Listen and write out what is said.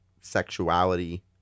sexuality